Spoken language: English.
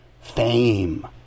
fame